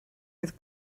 oedd